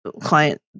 client